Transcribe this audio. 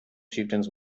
chieftains